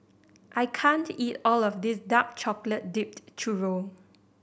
I can't eat all of this dark chocolate dipped churro